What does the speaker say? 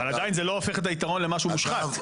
ועדיין זה לא הופך את היתרון למשהו מושחת.